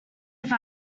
have